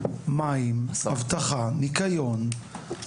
מים, אבטחה, ניקיון.